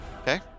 Okay